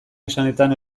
esanetan